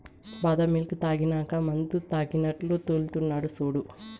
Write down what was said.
బాదం మిల్క్ తాగినాక మందుతాగినట్లు తూల్తున్నడు సూడు